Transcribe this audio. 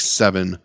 seven